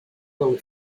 will